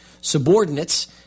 subordinates –